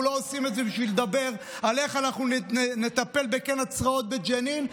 אנחנו לא עושים את זה בשביל לדבר על איך אנחנו נטפל בקן הצרעות בג'נין,